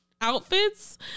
outfits